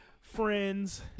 friends